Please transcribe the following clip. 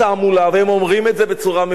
והם אומרים את זה בצורה מפורשת,